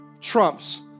trumps